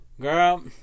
Girl